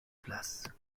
place